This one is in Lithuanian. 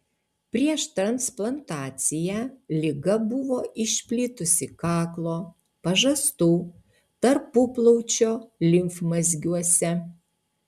prieš transplantaciją liga buvo išplitusi kaklo pažastų tarpuplaučio limfmazgiuose